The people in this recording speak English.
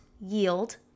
yield